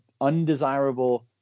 undesirable